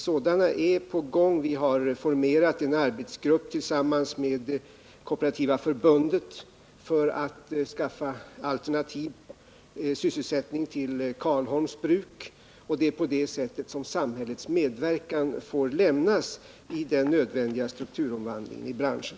Sådana är på gång; vi har formerat en arbetsgrupp tillsammans med Kooperativa förbundet för att skaffa alternativ sysselsättning till Karlholms bruk, och det är på det sättet som samhällets medverkan får ske i den nödvändiga strukturomvandlingen i branschen.